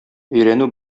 өйрәнү